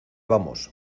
vamos